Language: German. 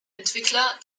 entwickler